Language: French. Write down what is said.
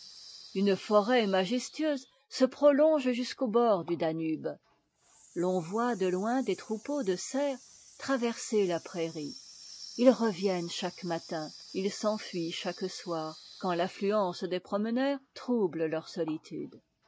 une forêt majestueuse se prolonge jusqu'aux bords du danube l'on voit de loin des troupeaux de cerfs traverser la prairie ils reviennent chaque matin ils s'enfuient chaque soir quand l'affluence des promeneurs trouble leur solitude